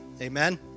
Amen